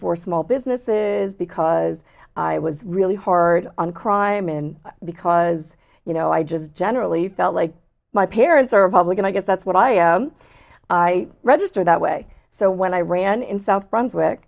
for small businesses because i was really hard on crime in because you know i just generally felt like my parents are republican i guess that's what i am i registered that way so when i ran in south brunswick